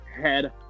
head